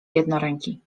jednoręki